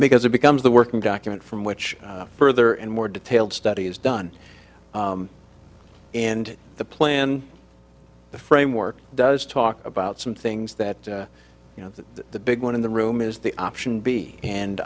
because it becomes the working document from which further and more detailed study is done and the plan the framework does talk about some things that you know that the big one in the room is the option b and